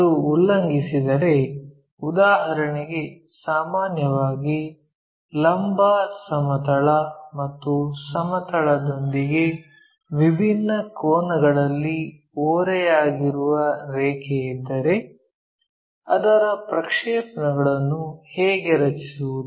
ಅದು ಉಲ್ಲಂಘಿಸಿದರೆ ಉದಾಹರಣೆಗೆ ಸಾಮಾನ್ಯವಾಗಿ ಲಂಬ ಸಮತಲ ಮತ್ತು ಸಮತಲದೊಂದಿಗೆ ವಿಭಿನ್ನ ಕೋನಗಳಲ್ಲಿ ಓರೆಯಾಗಿರುವ ರೇಖೆ ಇದ್ದರೆ ಅದರ ಪ್ರಕ್ಷೇಪಣಗಳನ್ನು ಹೇಗೆ ರಚಿಸುವುದು